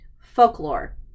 folklore